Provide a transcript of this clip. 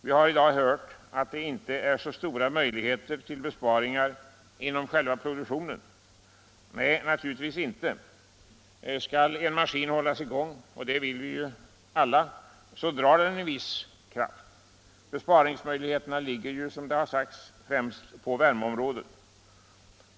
Vi har i dag hört att det inte är så stora möjligheter till besparingar inom själva produktionen. Nej, naturligtvis inte. Skall en maskin hållas i gång —- och det vill vi alla — så drar den en viss kraft. Besparingsmöjligheterna ligger ju, som det sagts, främst på värmeområdet.